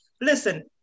listen